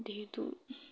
ढेर दूर